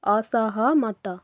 ଅସହମତ